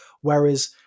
whereas